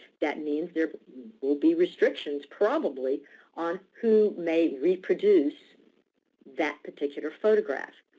that means there will be restrictions, probably on who may reproduce that particular photograph.